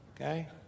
Okay